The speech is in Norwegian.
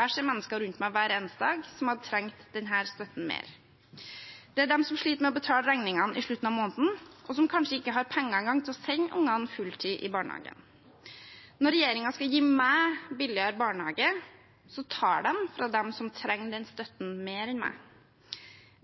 Jeg ser mennesker rundt meg hver eneste dag som hadde trengt denne støtten mer. Det er de som sliter med å betale regningene i slutten av måneden, og som kanskje ikke engang har penger til å sende ungene fulltid i barnehagen. Når regjeringen skal gi meg billigere barnehage, tar den fra dem som trenger den støtten mer enn meg.